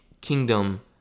kingdom